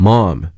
Mom